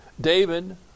David